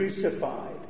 crucified